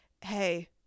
hey